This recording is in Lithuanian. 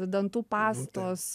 dantų pastos